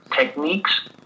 techniques